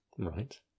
Right